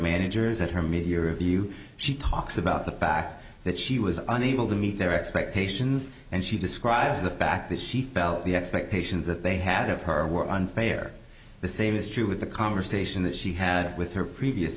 managers at her media review she talks about the fact that she was unable to meet their expectations and she describes the fact that she felt the expectations that they had of her were unfair the same is true with the conversation that she had with her previous